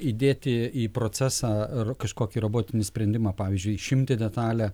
įdėti į procesą ar kažkokį robotinį sprendimą pavyzdžiui išimti detalę